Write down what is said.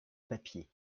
papier